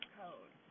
code